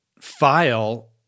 file